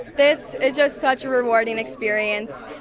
this is just such a rewarding experience.